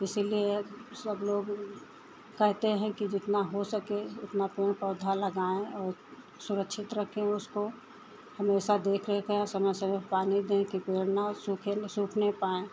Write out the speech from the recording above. इसीलिए सब लोग कहते हैं कि जितना हो सके उतना पेड़ पौधा लगाएँ और सुरक्षित रखें उसको हमेशा देखरेख में रहें समय समय पर पानी दें कि पेड़ न सूखे सूखने पाएँ